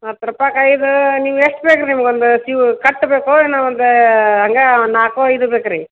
ಹತ್ತು ರೂಪೈಗೆ ಐದು ನೀವು ಎಷ್ಟು ಬೇಕು ನಿಮ್ಗೊಂದು ತಿವ್ ಕಟ್ಟು ಬೇಕೋ ಏನೋ ಒಂದು ಹಂಗೆ ಒಂದು ನಾಲ್ಕೋ ಐದೋ ಬೇಕು ರೀ